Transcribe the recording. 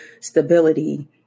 stability